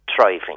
thriving